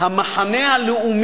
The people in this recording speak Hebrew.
אני לא מודאגת, המחנה הלאומי